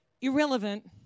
irrelevant